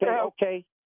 okay